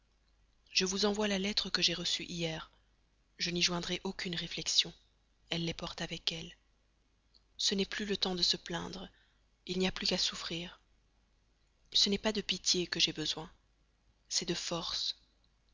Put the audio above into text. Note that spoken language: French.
je vous envoie la lettre que j'ai reçue hier je n'y joindrai aucune réflexion elle les porte avec elle ce n'est plus le temps de se plaindre il n'y a plus qu'à souffrir ce n'est pas de pitié dont j'ai besoin c'est de force